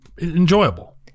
enjoyable